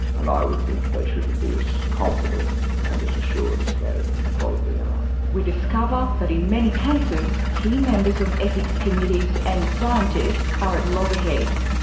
and i would think that they shouldn't be as confident and as assured as they probably are. we discover that in many cases key members of ethics committees and scientists are at loggerheads,